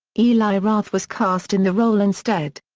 eli roth was cast in the role instead.